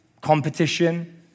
competition